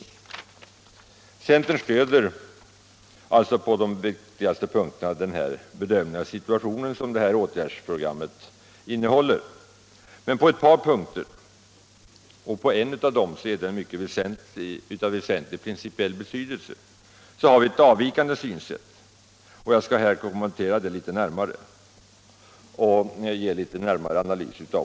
Centern stöder alltså på de viktigaste punkterna den bedömning av situationen som det aktuella åtgärdsprogrammet innehåller. Men på ett par punkter — och en av dem är av mycket väsentlig betydelse — har vi ett avvikande synsätt, som jag här vill kommentera litet närmare.